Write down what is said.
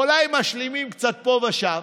אולי משלימים קצת פה ושם,